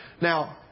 Now